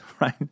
right